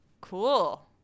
Cool